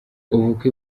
ubukwe